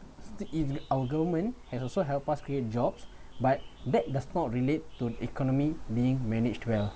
in our government has also help us create jobs but that does not relate to economy being managed well